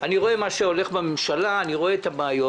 אני רואה מה הולך בממשלה, אני רואה את הבעיות.